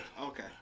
Okay